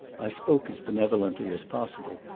i spoke as benevolently as possible,